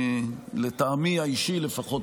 לטעמי האישי לפחות,